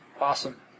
Awesome